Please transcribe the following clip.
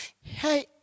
Hey